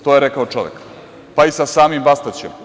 To je rekao čovek, pa i sa samim Bastaćem.